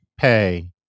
pay